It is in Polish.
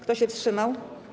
Kto się wstrzymał?